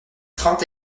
trente